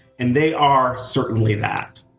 and they are certainly that.